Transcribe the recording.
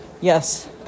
yes